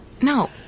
No